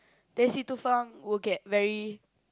then Si Tu Feng will get very